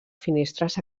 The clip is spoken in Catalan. finestres